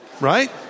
Right